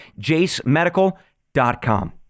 jasemedical.com